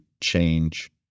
change